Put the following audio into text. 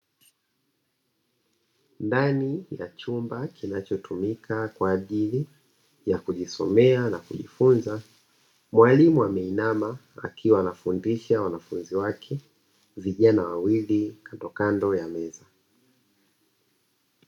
Ndani ya chumba kinachotumika kwa ajili ya kujisomea na kujifunza, mwalimu ameinama akiwa anafundisha wanafunzi wake vijana wawili kando kando ya meza.